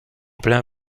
plein